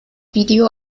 video